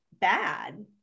bad